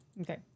Okay